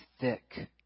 thick